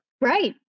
Right